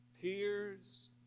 Tears